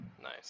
nice